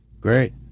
Great